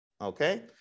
okay